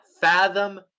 fathom